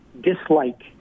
dislike